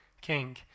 king